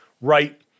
right